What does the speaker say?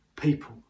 people